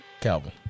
Calvin